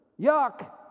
yuck